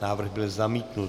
Návrh byl zamítnut.